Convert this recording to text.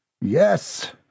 Yes